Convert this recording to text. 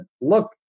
look